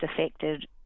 affected